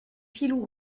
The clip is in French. filous